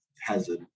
hazard